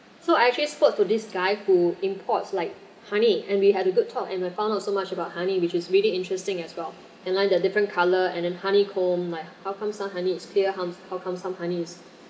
so I actually spoke to this guy who imports like honey and we had a good talk and we found out so much about honey which is really interesting as well and like the different colour and honeycomb like how come some honey is clear humps how come some honey is